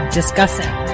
discussing